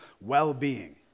well-being